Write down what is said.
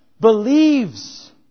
believes